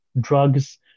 drugs